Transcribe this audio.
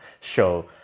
show